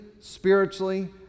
spiritually